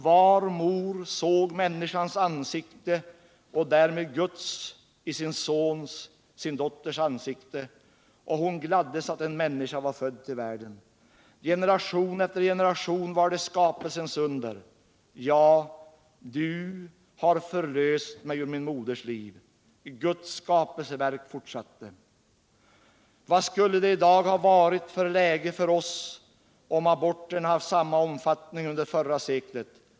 Varje mor såg människans ansikte och därmed också Guds ansikte i sin sons, sin dotters, ansikte, och hon gladdes åt att en människa var född till världen. Under generation efter generation var det skapelsens under: ”Ja, du har förlöst mig ur min moders liv! Guds skapelseverk fortsatte. Vad skulle det i dag ha varit för läge för oss, om aborterna haft samma omfattning under förra seklet?